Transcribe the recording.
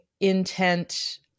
intent